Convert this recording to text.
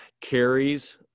carries